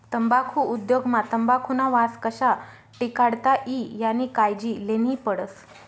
तम्बाखु उद्योग मा तंबाखुना वास कशा टिकाडता ई यानी कायजी लेन्ही पडस